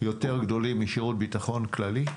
יותר גדולים משירות הביטחון הכללי,